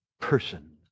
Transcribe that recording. person